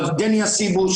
אבל דניה סיבוס,